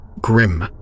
Grim